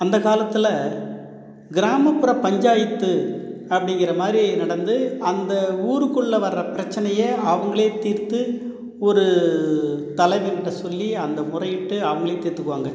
அந்த காலத்தில் கிராமப்புறப் பஞ்சாயத்து அப்படிங்கிறமாரி நடந்து அந்த ஊருக்குள்ளே வர்ற பிரச்சனையை அவங்களே தீர்த்து ஒரு தலைவர்கிட்ட சொல்லி அந்த முறையிட்டு அவங்களே தீத்துக்குவாங்கள்